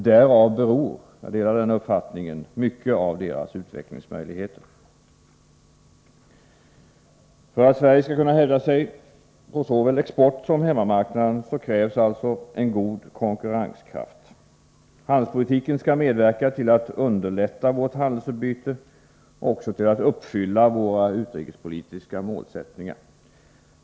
Därav beror — jag delar den uppfattningen — mycket av deras utvecklingsmöjligheter. För att Sverige skall kunna hävda sig på såväl exportsom hemmamarknaden krävs alltså en god konkurrenskraft. Handelspolitiken skall medverka till att underlätta vårt handelsutbyte och också till att uppfylla våra utrikespolitiska målsättningar.